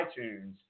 iTunes